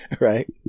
right